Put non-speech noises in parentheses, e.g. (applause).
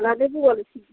(unintelligible) बोलैत छी